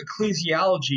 ecclesiology